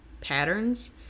patterns